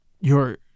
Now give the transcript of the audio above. Your